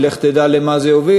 לך תדע למה זה יוביל,